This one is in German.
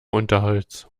unterholz